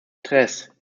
tres